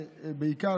בעיקר,